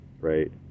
right